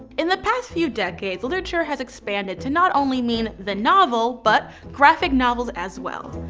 in the past few decades literature has expanded to not only mean the novel, but graphic novels as well.